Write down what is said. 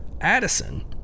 Addison